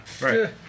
Right